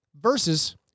versus